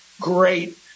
great